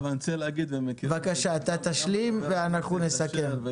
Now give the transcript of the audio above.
בבקשה, תשלים ואנחנו נסכם.